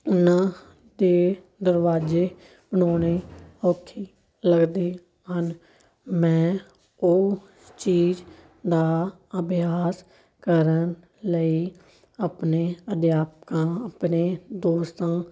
ਨਾ ਤਾਂ ਦਰਵਾਜ਼ੇ ਬਣਾਉਣੇ ਔਖੇ ਲੱਗਦੇ ਹਨ ਮੈਂ ਉਹ ਚੀਜ਼ ਦਾ ਅਭਿਆਸ ਕਰਨ ਲਈ ਆਪਣੇ ਅਧਿਆਪਕਾਂ ਆਪਣੇ ਦੋਸਤਾਂ